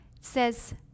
says